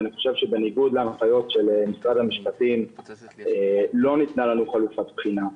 ואני חושב שבניגוד להנחיות של משרד המשפטים לא ניתנה לנו חלופת בחינה.